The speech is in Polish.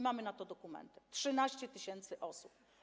Mamy na to dokumenty - 13 tys. osób.